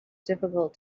difficult